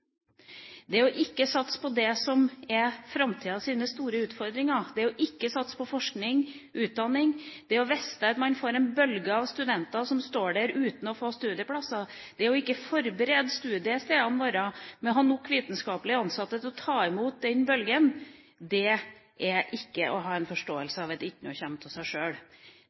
Det ikke å satse på det som er framtidas store utfordringer, det ikke å satse på forskning og utdanning, det å vite at man får en bølge av studenter som står der uten å få studieplass, det ikke å forberede studiestedene våre ved å ha nok vitenskapelig ansatte til å ta imot den bølgen – er ikke å ha en forståelse av at «det e itjnå som kjem tå sæ sjøl».